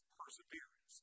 perseverance